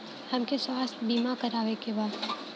हमके स्वास्थ्य बीमा करावे के बा?